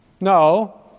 No